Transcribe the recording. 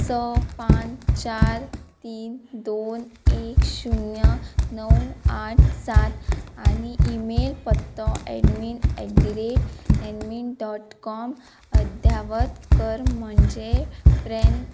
स पांच चार तीन दोन एक शुन्य णव आठ सात आनी ईमेल पत्तो एडमिन एट दी रेट एनमिन डॉट कॉम अध्यावत कर म्हणजे प्रेन